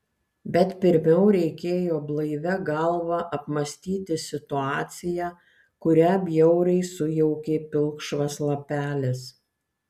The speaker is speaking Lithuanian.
bet pirmiau reikėjo blaivia galva apmąstyti situaciją kurią bjauriai sujaukė pilkšvas lapelis